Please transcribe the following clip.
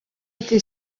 été